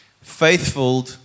Faithful